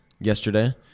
yesterday